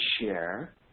share